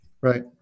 Right